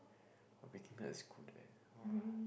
oh Breaking Bad is good eh !wah!